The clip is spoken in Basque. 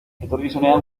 etorkizunean